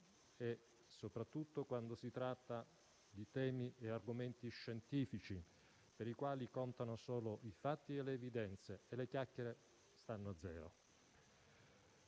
e specie quando si tratta di temi e argomenti scientifici per i quali contano solo i fatti e le evidenze e le chiacchiere stanno a zero.